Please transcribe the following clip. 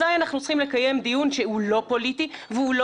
אזי אנחנו צריכים לקיים דיון שהוא לא פוליטי והוא לא